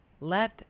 Let